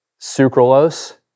sucralose